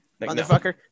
motherfucker